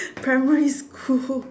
primary school